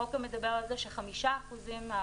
החוק גם מדבר על זה ש-5% מהשידורים